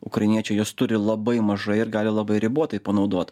ukrainiečių jos turi labai mažai ir gali labai ribotai panaudot